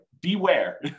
beware